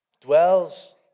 Dwells